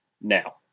now